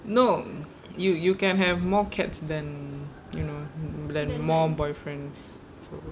no you you can have more cats than you know than more boyfriends so